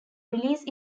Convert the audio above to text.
release